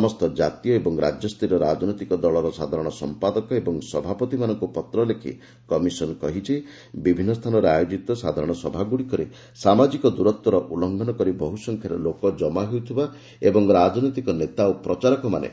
ସମସ୍ତ ଜାତୀୟ ଓ ରାଜ୍ୟସ୍ତରୀୟ ରାଜନୈତିକ ଦଳର ସାଧାରଣ ସମ୍ପାଦକ ଓ ସଭାପତିମାନଙ୍କୁ ପତ୍ରଲେଖି କମିଶନ୍ କହିଛି ବିଭିନ୍ନ ସ୍ଥାନରେ ଆୟୋକିତ ସାଧାରଣସଭାଗୁଡିକରେ ସାମାଜିକ ଦୂରତ୍ୱର ଉଲ୍ଲଂଘନ କରି ବହୁସଂଖ୍ୟାରେ ଲୋକ ଜମା ହେଉଥିବା ଏବଂ ରାଜନୈତିକ ନେତା ଓ ପ୍ରଚାରକମାନେ